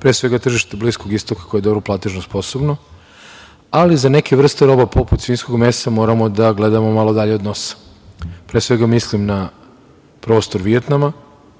pre svega tržišta Bliskog Istoka koje je dobro platežno sposobno, ali za neke vrste roba, poput svinjskog mesa, moramo da gledamo malo dalje od nosa. Pre svega, mislim na prostor Vijetnama